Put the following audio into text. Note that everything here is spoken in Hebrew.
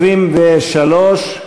23?